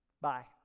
Bye